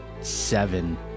seven